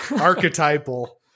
archetypal